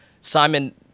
Simon